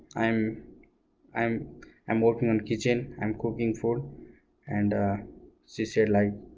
i'm i'm i'm working on kitchen i'm cooking food and she said like